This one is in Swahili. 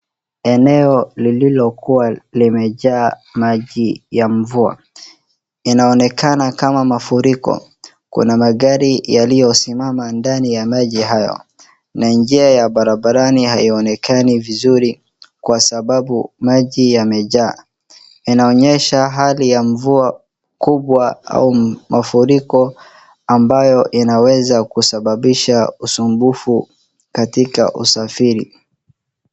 Eneo lililokuwa limejaa maji ya mvua. Inaonekana kama mafuriko. Kuna magari yaliyosimama ndani ya maji hayo na njia ya barabarani haionekani vizuri kwa sababu maji yamejaa. Inaonyesha hali ya mvua kubwa au mafuriko ambayo inaweza kusababisha usumbufu katika usafiri.